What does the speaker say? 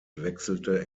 wechselte